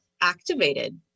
activated